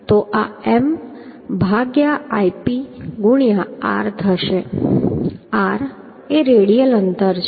આ M ભાગ્યા Ip ગુણ્યા r થશે r એ રેડિયલ અંતર છે